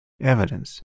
evidence